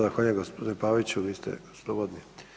Zahvaljujem gospodine Paviću vi ste slobodni.